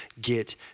get